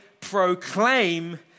proclaim